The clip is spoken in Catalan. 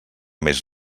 més